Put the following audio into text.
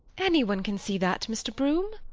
anyone can see that mr. broome.